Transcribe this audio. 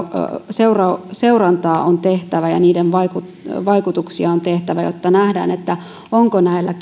seurantaa seurantaa on tehtävä ja vaikutuksia on seurattava jotta nähdään onko näillä